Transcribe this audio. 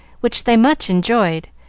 which they much enjoyed.